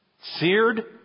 Seared